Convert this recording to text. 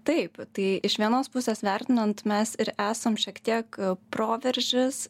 taip tai iš vienos pusės vertinant mes ir esam šiek tiek proveržis